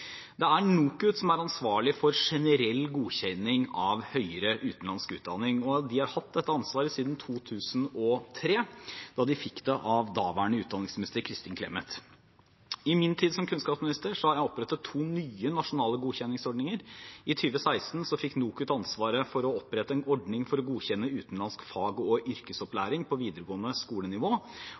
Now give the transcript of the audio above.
NOKUT er ansvarlig for generell godkjenning av høyere utenlandsk utdanning. Dette ansvaret har de hatt siden 2003, da de fikk det av daværende utdanningsminister Kristin Clemet. I min tid som kunnskapsminister har jeg opprettet to nye nasjonale godkjenningsordninger. I 2016 fikk NOKUT ansvaret for å opprette en ordning for å godkjenne utenlandsk fag- og yrkesopplæring på videregående